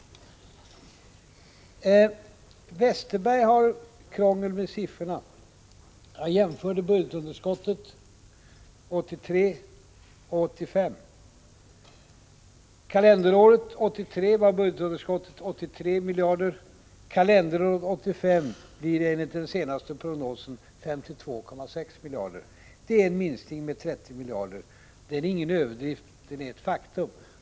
Westerberg har svårigheter med siffrorna. Han jämförde budgetunderskotten för 1983 och 1985. Kalenderåret 1983 var budgetunderskottet 83 miljarder, och för kalenderåret 1985 blir det enligt den senaste prognosen 52,6 miljarder. Det är en minskning med 30 miljarder. Det är ingen överdrift utan ett faktum.